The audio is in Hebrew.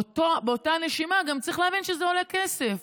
באותה נשימה גם צריך להבין שזה עולה כסף,